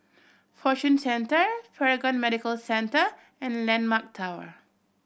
Fortune Centre Paragon Medical Centre and Landmark Tower